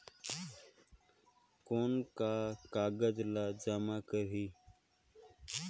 कौन का कागज ला जमा करी?